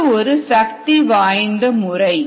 இது ஒரு சக்தி வாய்ந்த முறை